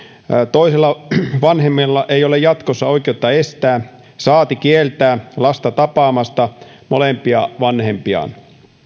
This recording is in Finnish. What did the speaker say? toisella vanhemmalla ei ole jatkossa oikeutta estää saati kieltää lasta tapaamasta molempia vanhempiaan